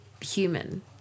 human